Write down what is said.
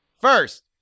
First